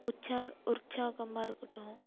உற்சார் உற்சாகமாக இருக்கட்டும்